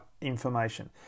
information